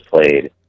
played